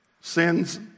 Sins